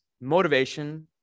motivation